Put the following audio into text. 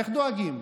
איך דואגים?